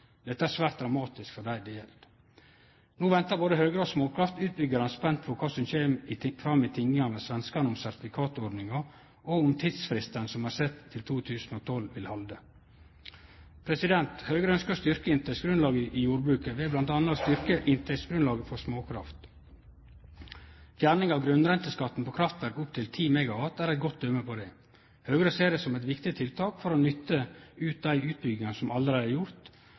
Dette er svært dramatisk for dei det gjeld. No ventar både Høgre og småkraftutbyggjarane spent på kva som kjem fram i tingingane med svenskane om sertifikatordninga, og om tidsfristen, som er sett til 2012, vil halde. Høgre ønskjer å styrkje inntektsgrunnlaget i jordbruket ved m.a. å styrkje inntektsgrunnlaget frå småkraft. Fjerning av grunnrenteskatten på kraftverk opp til 10 MW er eit godt døme på det. Høgre ser det som eit viktig tiltak for å nytte ut dei utbyggingane som